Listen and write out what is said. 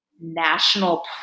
national